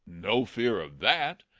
no fear of that.